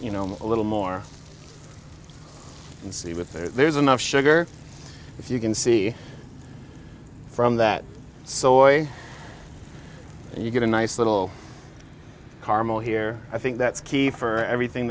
you know a little more and see with there's enough sugar if you can see from that soil and you get a nice little carmel here i think that's key for everything